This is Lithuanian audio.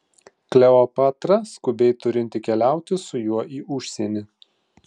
kleopatra skubiai turinti keliauti su juo į užsienį